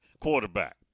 quarterback